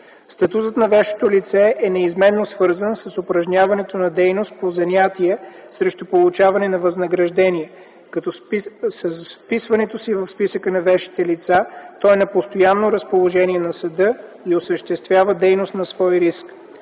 Статутът на вещото лице е неизменно свързан с упражняването на дейност по занятие срещу получаване на възнаграждение, като с вписването си в списъка на вещите лица то е на постоянно разположение на съда и осъществява дейност на свой риск.